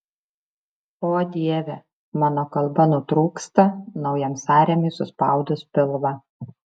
o dieve mano kalba nutrūksta naujam sąrėmiui suspaudus pilvą